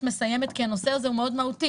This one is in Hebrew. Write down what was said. מסיימת אני רוצה להבין כי הנושא הזה מאוד מהותי.